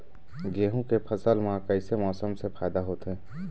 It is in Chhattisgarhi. गेहूं के फसल म कइसे मौसम से फायदा होथे?